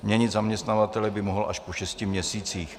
Měnit zaměstnavatele by mohl až po šesti měsících.